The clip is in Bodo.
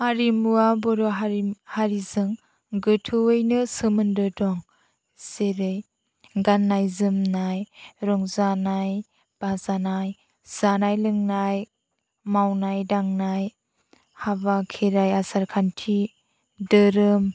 आरिमुवा बर' हारिनि हारिजों गोथौवैनो सोमोन्दो दं जेरै गान्नाय जोमनाय रंजानाय बाजानाय जानाय लोंनाय मावनाय दांनाय हाबा खेराइ आसार खान्थि धोरोम